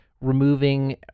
removing